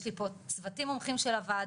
יש לי פה צוותים מומחים של הוועדה,